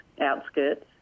outskirts